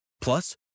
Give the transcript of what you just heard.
Plus